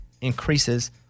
increases